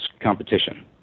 competition